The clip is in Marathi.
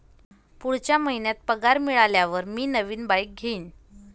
पुढच्या महिन्यात पगार मिळाल्यावर मी नवीन बाईक घेईन